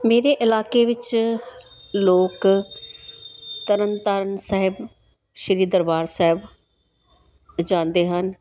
ਮੇਰੇ ਇਲਾਕੇ ਵਿੱਚ ਲੋਕ ਤਰਨ ਤਾਰਨ ਸਾਹਿਬ ਸ਼੍ਰੀ ਦਰਬਾਰ ਸਾਹਿਬ ਜਾਂਦੇ ਹਨ